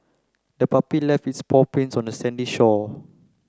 the puppy left its paw prints on the sandy shore